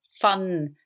fun